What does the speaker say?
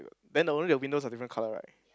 then the only the windows are different colour right